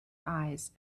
eyes